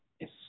Yes